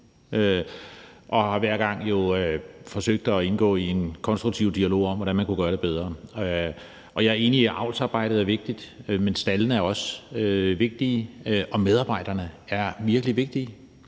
jeg har hver gang forsøgt at indgå i en konstruktiv dialog om, hvordan man kunne gøre det bedre. Jeg er enig i, at avlsarbejdet er vigtigt, men staldene er også vigtige, og medarbejderne er virkelig vigtige.